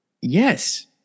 Yes